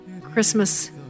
Christmas